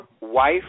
wife